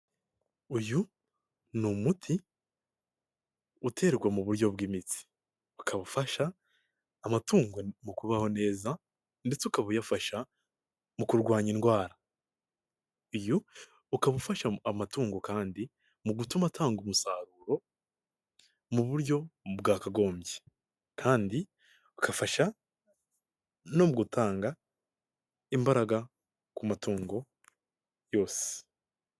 Uyu ni umuti uterwa mu buryo bw'imitsi. Ukaba ufasha amatungo mu kubaho neza, ndetse ukaba ufasha mu kurwanya indwara. Uyu ukaba ufashamo amatungo kandi mu gutuma atanga umusaruro mu buryo bwakagombye. Kandigafasha no gutanga imbaraga ku matungo yose.